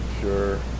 sure